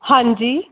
ਹਾਂਜੀ